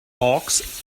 hawks